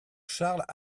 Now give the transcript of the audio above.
charles